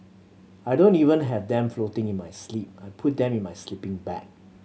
I don't even have them floating in my sleep I put them in my sleeping bag